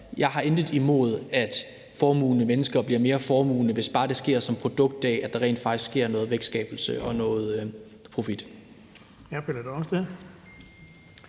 jeg intet har imod, at formuende mennesker bliver mere formuende, hvis bare det sker som produkt af, at der rent faktisk sker noget vækstskabelse og bliver noget profit.